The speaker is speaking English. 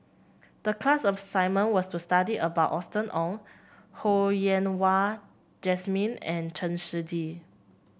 the class assignment was to study about Austen Ong Ho Yen Wah Jesmine and Chen Shiji